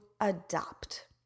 adopt